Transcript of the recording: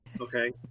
Okay